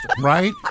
right